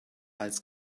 als